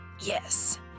Yes